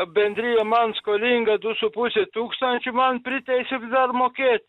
bendrija man skolinga du su puse tūkstančių man priteisė dar mokėt